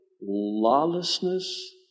lawlessness